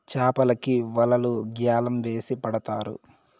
చాపలకి వలలు గ్యాలం వేసి పడతారు